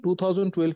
2012